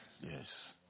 Yes